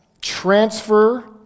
transfer